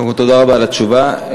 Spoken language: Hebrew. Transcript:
תודה רבה על התשובה.